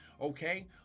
Okay